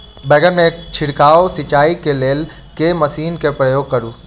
बैंगन केँ छिड़काव सिचाई केँ लेल केँ मशीन केँ प्रयोग करू?